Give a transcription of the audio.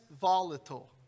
volatile